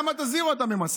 למה את הזירו אתה ממסה?